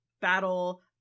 battle